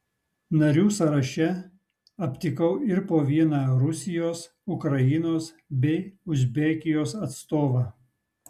narių sąraše aptikau ir po vieną rusijos ukrainos bei uzbekijos atstovą